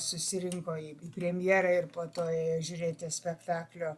susirinko į premjerą ir po to ėjo žiūrėti spektaklio